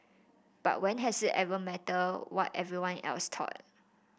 but when has it ever mattered what anyone else thought